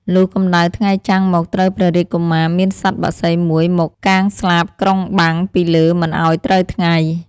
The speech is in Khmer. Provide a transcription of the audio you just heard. លុះកម្ដៅថ្ងៃចាំងមកត្រូវព្រះរាជកុមារ មានសត្វបក្សី ១ មក កាងស្លាបក្រុងបាំងពីលើមិនឲ្យត្រូវថ្ងៃ ។